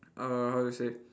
err how to say